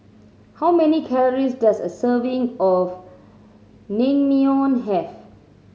how many calories does a serving of Naengmyeon have